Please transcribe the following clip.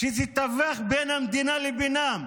שתתווך בין המדינה לבינם?